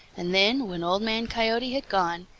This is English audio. and then, when old man coyote had gone,